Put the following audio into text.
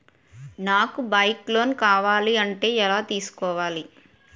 నాకు bike loan కావాలంటే ఎలా తీసుకోవాలి?